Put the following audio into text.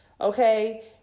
okay